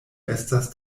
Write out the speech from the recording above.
estas